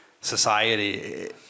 society